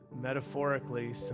metaphorically